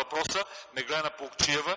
въпроса, Меглена Плугчиева,